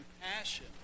compassion